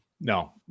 No